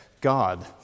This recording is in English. God